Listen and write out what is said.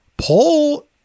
Paul